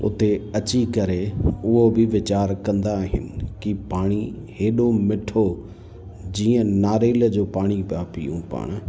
उते अची करे उहो बि वीचारु कंदा आहिनि की पाणी हेॾो मिठो जीअं नारेल जो पाणी पिया पियूं पाण